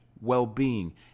well-being